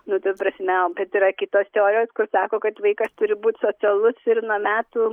nu ta prasme bet yra kitos teorijos kur sako kad vaikas turi būti socialus ir nuo metų